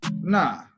Nah